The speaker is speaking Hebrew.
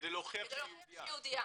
כדי להוכיח שהיא יהודייה.